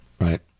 Right